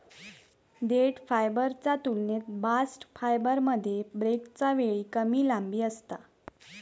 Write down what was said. देठ फायबरच्या तुलनेत बास्ट फायबरमध्ये ब्रेकच्या वेळी कमी लांबी असता